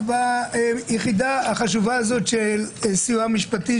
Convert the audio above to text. ביחידה החשובה הזאת של הסיוע המשפטי,